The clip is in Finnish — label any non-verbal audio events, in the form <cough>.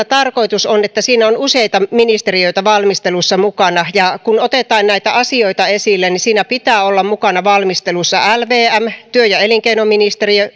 <unintelligible> tarkoitus on että siinä on useita ministeriöitä valmistelussa mukana kun otetaan näitä asioita esille niin siinä pitää olla mukana valmistelussa lvm työ ja elinkeinoministeriö <unintelligible>